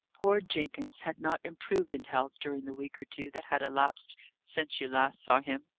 poor jenkins had not improved in health during the week or two that had elapsed since you last saw him.